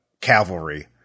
cavalry